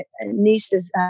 niece's